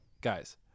guys